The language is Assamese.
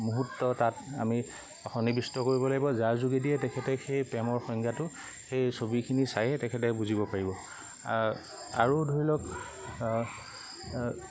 মুহূৰ্ত তাত আমি সন্নিবিষ্ট কৰিব লাগিব যাৰ যোগেদিয়ে তেখেতে সেই প্ৰেমৰ সংজ্ঞাটো সেই ছবিখিনি চাইয়ে তেখেতে বুজিব পাৰিব আৰু ধৰি লওক